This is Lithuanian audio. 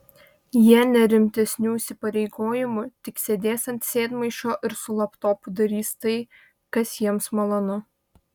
jie ne rimtesnių įsipareigojimų tik sėdės ant sėdmaišio ir su laptopu darys tai kas jiems malonu